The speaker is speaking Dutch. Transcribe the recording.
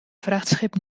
vrachtschip